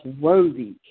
worthy